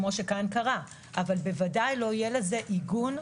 כפי שקרה כאן, אבל ודאי לא יהיה לזה עיגון.